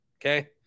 Okay